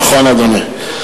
נכון, אדוני.